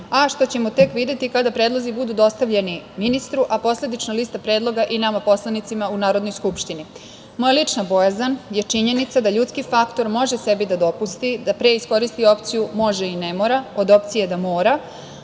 a što ćemo tek videti kada predlozi budu dostavljeni ministru, a posledično lista predloga i nama poslanicima u Narodnoj skupštini. Moja lična bojazan je činjenica da ljudski faktor može sebi da dopusti da pre iskoristi opciju može i ne mora od opcije da mora,